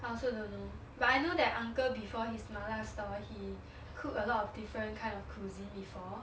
I also don't know but I know that uncle before his mala store he cooked a lot of different kind of cuisine before